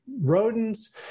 rodents